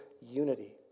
unity